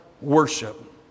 worship